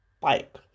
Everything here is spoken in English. bike